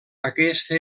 aquesta